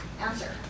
answer